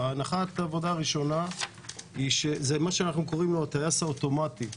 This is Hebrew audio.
הנחת העבודה הראשונה היא מה שאנחנו קוראים לו הטייס האוטומטי,